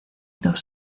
dos